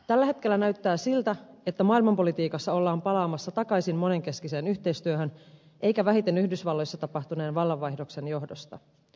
tällä hetkellä näyttää siltä että maailmanpolitiikassa ollaan palaamassa takaisin monenkeskiseen yhteistyöhön eikä vähiten yhdysvalloissa tapahtuneen vallanvaihdoksen johdosta